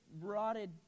rotted